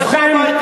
מושחתים, נמאסתם.